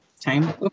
time